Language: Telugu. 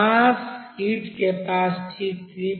mass heat capacity 3